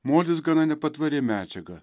molis gana nepatvari medžiaga